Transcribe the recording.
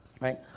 Right